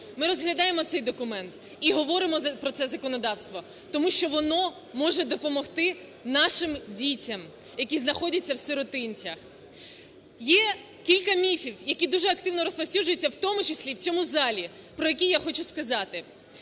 Ми розглядаємо цей документ і говоримо про це законодавство, тому що воно може допомогти нашим дітям, які знаходяться в сиротинцях. Є кілька міфів, які дуже активно розповсюджуються, в тому числі в цьому залі, про які я хочу сказати.